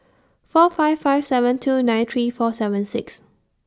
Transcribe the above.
four five five seven two nine three four seven six